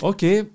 Okay